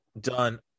done